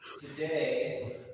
Today